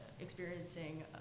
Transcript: experiencing